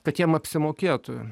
kad jiem apsimokėtų